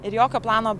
ir jokio plano